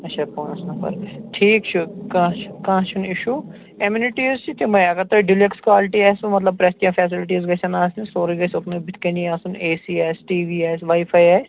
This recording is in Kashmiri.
آچھا پانٛژھ نفر ٹھیٖک چھُ کانٛہہ چھُ کانٛہہ چھُنہٕ اِشوٗ ایٚمنِٹیٖز چھِ تِمٔے اگر تۄہہِ ڈِلیٚکٕس کوالٹی آسوٕ مطلب پرٛیٚتھ کیٚنٛہہ فیسَلٹیٖز گژھیٚن آسٕنہِ سورُے گژھہِ اوٚتنُے بُتھہِ کَنی آسُن اے سی آسہِ ٹی وی آسہِ واے فاے آسہِ